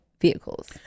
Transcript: vehicles